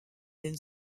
then